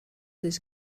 this